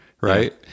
right